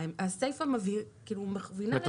הסיפה מכווינה לשם.